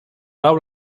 laŭ